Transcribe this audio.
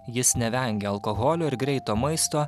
jis nevengia alkoholio ir greito maisto